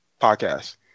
podcast